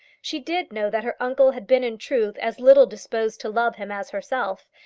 she did know that her uncle had been in truth as little disposed to love him as herself,